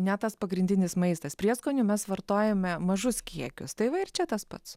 ne tas pagrindinis maistas prieskonių mes vartojame mažus kiekius tai va ir čia tas pats